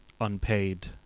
unpaid